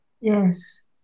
Yes